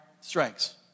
strengths